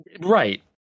Right